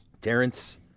Terrence